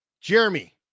Jeremy